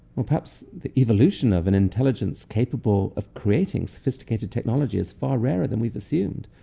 or perhaps the evolution of an intelligence capable of creating sophisticated technology is far rarer than we've assumed.